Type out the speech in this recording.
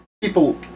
people